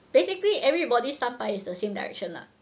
basically everybody start but it's the same direction lah